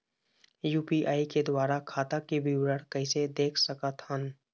UPI के द्वारा खाता के विवरण कैसे देख सकत हन?